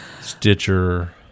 Stitcher